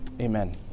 Amen